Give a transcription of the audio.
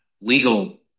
legal